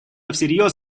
всерьез